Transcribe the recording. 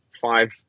five